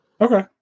Okay